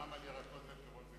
מע"מ על ירקות ופירות זה